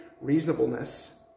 reasonableness